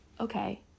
okay